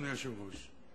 אדוני היושב-ראש?